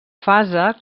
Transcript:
fase